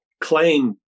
claim